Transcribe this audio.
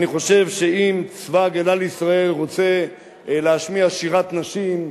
אני חושב שאם צבא-הגנה לישראל רוצה להשמיע שירת נשים,